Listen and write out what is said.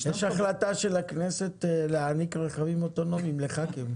יש החלטה של הכנסת להעניק רכבים אוטונומיים לחברי כנסת.